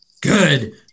good